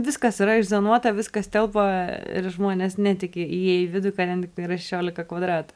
viskas yra išzonuota viskas telpa ir žmonės netiki įėję į vidų kad ten tiktai yra šešiolika kvadratų